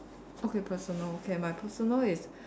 okay personal okay my personal is